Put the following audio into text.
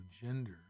gender